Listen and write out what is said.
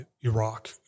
Iraq